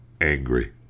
angry